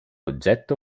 oggetto